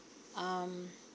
um